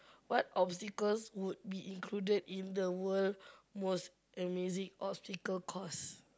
what obstacles would be included in the world most amazing obstacle course